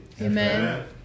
Amen